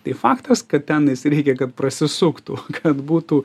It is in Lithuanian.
tai faktas kad tenais reikia kad prasisuktų kad būtų